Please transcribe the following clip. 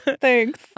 Thanks